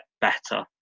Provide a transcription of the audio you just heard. better